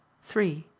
three.